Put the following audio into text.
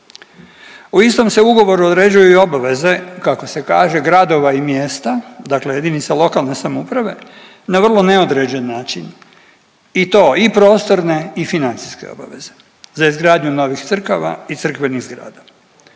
U istom se ugovoru određuju i obaveze kako se kaže gradova i mjesta, dakle jedini sa lokalne samouprave, na vrlo neodređen način i to i prostorne i financijske obaveze, za izgradnju novih crkava i crkvenih zgrada.